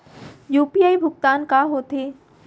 UPI भुगतान का होथे?